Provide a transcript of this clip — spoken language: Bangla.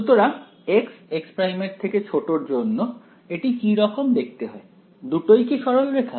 সুতরাং x x′ এর জন্য এটি কি রকম দেখতে হয় দুটোই কি সরলরেখা